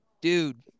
Dude